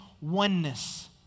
oneness